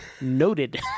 Noted